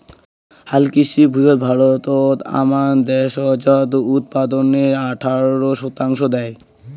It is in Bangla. হালকৃষি ভুঁই ভারতত আমান দ্যাশজ উৎপাদনের আঠারো শতাংশ দ্যায়